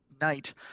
night